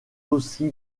aussi